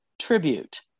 tribute